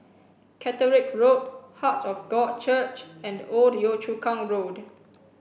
Catterick Road Heart of God Church and Old Yio Chu Kang Road